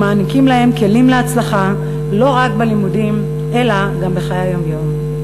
ומעניקים להם כלים להצלחה לא רק בלימודים אלא גם בחיי היום-יום.